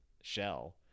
shell